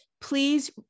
please